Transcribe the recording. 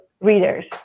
readers